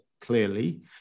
clearly